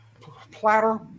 platter